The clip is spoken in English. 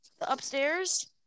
Upstairs